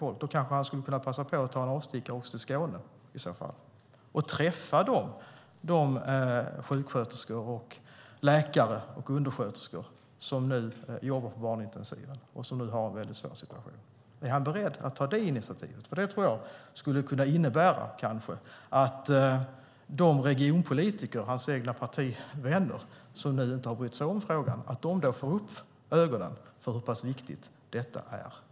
I så fall skulle han kanske kunna passa på att ta en avstickare också till Skåne och träffa de sjuksköterskor, läkare och undersköterskor som jobbar på barnintensiven och som nu har en väldigt svår situation. Är han beredd att ta det initiativet? Det tror jag skulle kunna innebära att de regionpolitiker, hans egna partivänner, som nu inte har brytt sig om frågan kanske får upp ögonen för hur pass viktigt detta är.